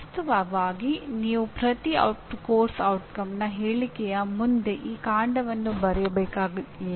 ವಾಸ್ತವವಾಗಿ ನೀವು ಪ್ರತಿ ಪಠ್ಯಕ್ರಮದ ಪರಿಣಾಮದ ಹೇಳಿಕೆಯ ಮುಂದೆ ಆ ಕಾಂಡವನ್ನು ಬರೆಯಬೇಕಾಗಿಲ್ಲ